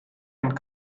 and